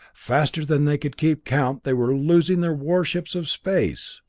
faster than they could keep count they were losing their warships of space!